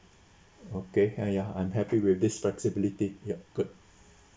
okay ya ya I'm happy with this flexibility ya good